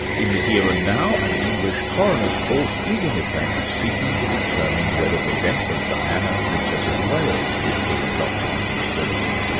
in the here and now, an english coroner's court is, in effect, seeking to determine whether the death of diana, princess of wales, was the result of a conspiracy.